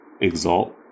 exalt